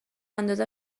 انداز